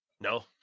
No